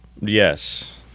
yes